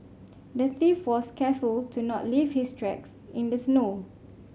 the thief was careful to not leave his tracks in the snow